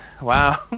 Wow